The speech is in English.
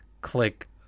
Click